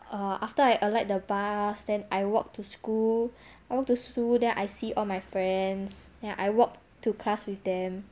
err after I alight the bus then I walk to school I walk to school then I see all my friends and I walk to class with them